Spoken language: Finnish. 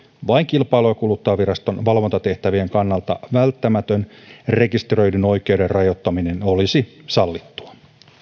vain kilpailu ja kuluttajaviraston valvontatehtävien kannalta välttämätön rekisteröidyn oikeuden rajoittaminen olisi sallittua